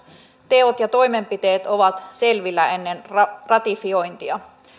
teot ja toimenpiteet ovat selvillä ennen ratifiointia